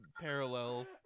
parallel